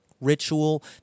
ritual